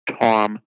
Tom